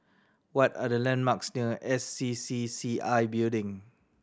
what are the landmarks near S C C C I Building